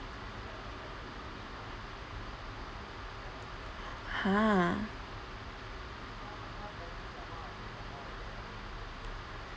ha